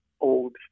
old